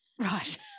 right